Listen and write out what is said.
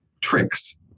tricks